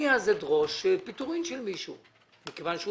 אני אז אדרוש פיטורים של מישהו כיוון שהוא